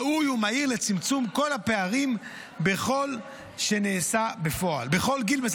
ראוי ומהיר לצמצום כל הפערים בכל שנעשה בפועל בכל גיל.